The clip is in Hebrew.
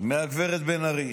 מהגברת בן ארי,